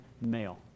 male